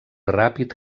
ràpid